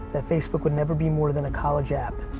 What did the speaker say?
that facebook would never be more than a college app.